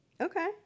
okay